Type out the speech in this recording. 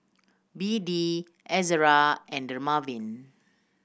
B D Ezerra and Dermaveen